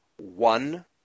one